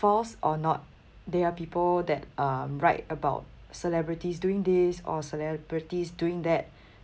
false or not there are people that um write about celebrities doing this or celebrities doing that